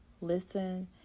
listen